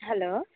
hello